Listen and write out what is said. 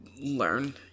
learn